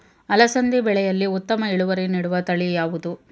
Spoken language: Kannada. ಅಲಸಂದಿ ಬೆಳೆಯಲ್ಲಿ ಉತ್ತಮ ಇಳುವರಿ ನೀಡುವ ತಳಿ ಯಾವುದು?